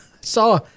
saw